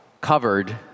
covered